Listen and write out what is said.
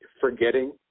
forgetting